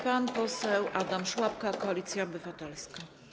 Pan poseł Adam Szłapka, Koalicja Obywatelska.